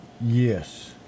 Yes